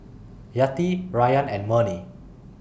Yati Rayyan and Murni